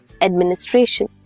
Administration